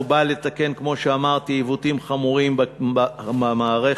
באו לתקן כאמור עיוותים חמורים במערכת.